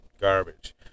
garbage